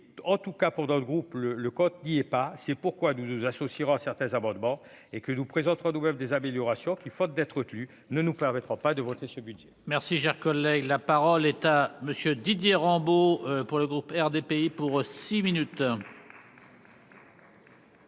en tout cas pour dans le groupe, le, le compte n'y est pas, c'est pourquoi nous nous associera certains abonnements et que nous présente des améliorations qui, faute d'être tu ne nous permettront pas de voter ce budget. Merci, cher collègue, la parole est à monsieur Didier Rambaud pour le groupe RDPI pour six minutes.